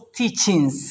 teachings